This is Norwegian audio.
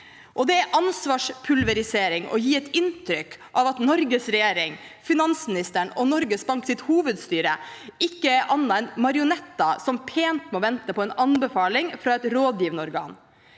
Det er ansvarspulverisering, og det gir et inntrykk av at Norges regjering, finansministeren og Norges Banks hovedstyre ikke er annet enn marionetter som pent må vente på en anbefaling fra et rådgivende organ.